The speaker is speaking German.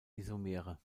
isomere